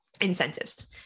incentives